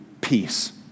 peace